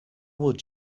would